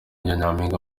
nyampinga